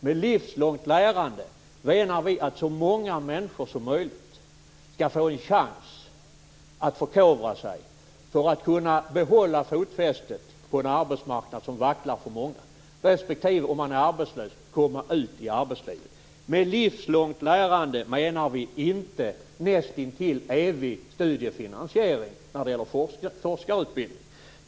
Med livslångt lärande menar vi att så många människor som möjligt skall få en chans att förkovra sig för att kunna behålla fotfästet på en arbetsmarknad som vacklar för många, respektive om man är arbetslös komma ut i arbetslivet. Med livslångt lärande menar vi inte nästintill evig studiefinansiering när det gäller forskarutbildning.